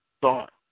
thought